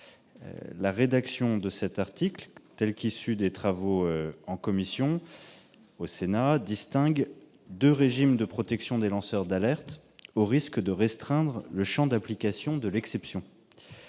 La rédaction de cet article élaborée par la commission des lois du Sénat distingue deux régimes de protection des lanceurs d'alerte, au risque de restreindre le champ d'application de l'exception.